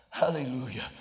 Hallelujah